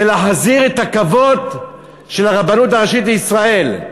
ולהחזיר את הכבוד של הרבנות הראשית לישראל,